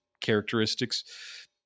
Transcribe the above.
Characteristics